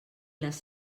les